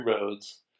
roads